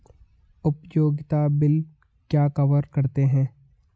उपयोगिता बिल क्या कवर करते हैं?